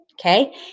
Okay